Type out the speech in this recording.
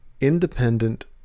independent